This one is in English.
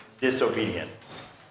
disobedience